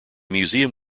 museum